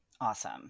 Awesome